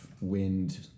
wind